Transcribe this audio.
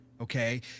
okay